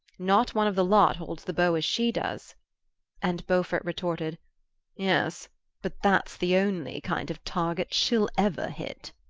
not one of the lot holds the bow as she does and beaufort retorted yes but that's the only kind of target she'll ever hit.